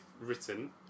written